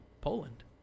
Poland